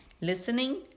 listening